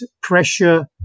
pressure